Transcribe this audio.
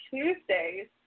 Tuesdays